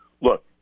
look